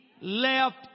left